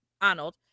Arnold